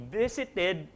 visited